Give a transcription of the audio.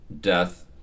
death